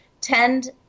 Tend